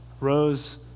rose